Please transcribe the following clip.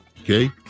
Okay